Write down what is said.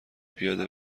پیاده